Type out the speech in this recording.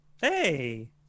Hey